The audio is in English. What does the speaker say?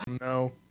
No